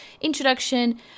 Introduction